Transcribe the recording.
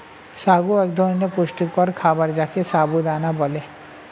সাগু এক ধরনের পুষ্টিকর খাবার যাকে সাবু দানা বলে